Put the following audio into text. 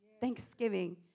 thanksgiving